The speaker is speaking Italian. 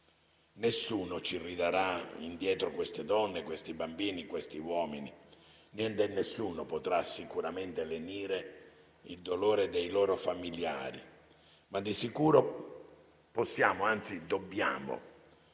Nessuno ci ridarà indietro quelle donne, quei bambini e quegli uomini. Niente e nessuno potrà sicuramente lenire il dolore dei loro familiari, ma di sicuro possiamo, anzi dobbiamo